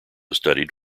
studied